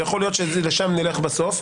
ויכול להיות שלשם נלך בסוף,